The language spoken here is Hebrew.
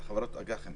זה חברות אג"חים.